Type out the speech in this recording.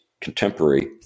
contemporary